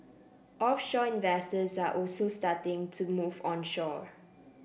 offshore investors are also starting to move onshore